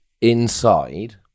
Inside